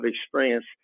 experience